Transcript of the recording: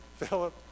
Philip